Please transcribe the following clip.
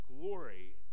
glory